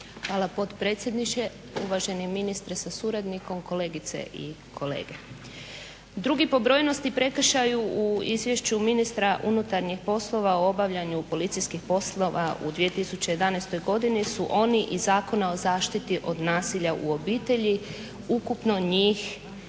Hvala potpredsjedniče. Uvaženi ministre sa suradnikom, kolegice i kolege. Drugi po brojnosti prekršaj u Izvješću ministra unutarnjih poslova o obavljanju policijskih poslova u 2011. godini su oni iz Zakona o zaštiti od nasilja u obitelji, ukupno njih